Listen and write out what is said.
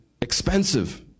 expensive